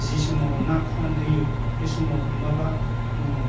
जि समाव ना फुवान होयो बे समाव हमाब्ला उम